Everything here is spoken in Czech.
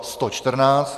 114.